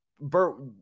Bert